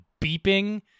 beeping